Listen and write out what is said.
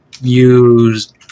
use